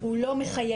הוא לא מחייב.